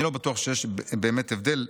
'אני לא בטוח שיש באמת הבדל,